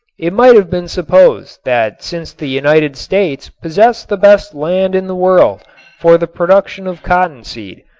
it might have been supposed that since the united states possessed the best land in the world for the production of cottonseed,